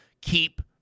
keep